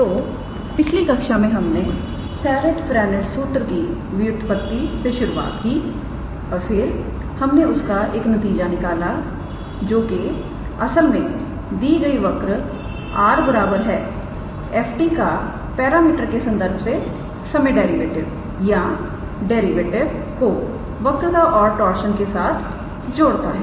तोपिछली कक्षा मे हमने सेरिट फ्रेंनेट सूत्र की व्युत्पत्ति से शुरुआत की और फिर हमने उसका नतीजा निकाला जो के असल में दी गई वक्र 𝑟⃗ 𝑓⃗𝑡 का पैरामीटर के संदर्भ से समय डेरिवेटिव या डेरिवेटिव को वक्रता और टार्शन के साथ जोड़ता है